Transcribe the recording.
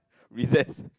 recess